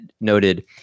noted